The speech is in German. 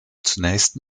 zunächst